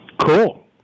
Cool